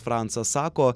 francas sako